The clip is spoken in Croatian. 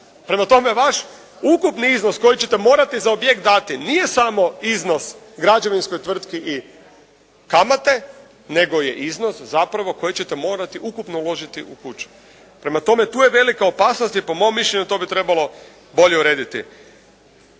Prema tome, vaš ukupni iznos koji ćete morati za objekt dati nije samo iznos građevinskoj tvrtki i kamate, nego je iznos zapravo koji ćete morati ukupno uložiti u kuću. Prema tome, tu je velika opasnost i po mome mišljenju to bi trebalo bolje urediti.